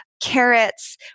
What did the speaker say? Carrots